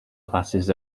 classes